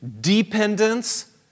dependence